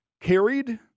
carried